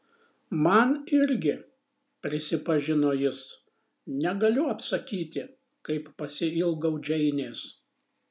man irgi prisipažino jis negaliu apsakyti kaip pasiilgau džeinės